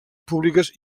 públiques